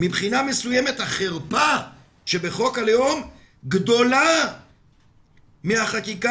"מבחינה מסוימת החרפה שבחוק לאום גדולה מהחקיקה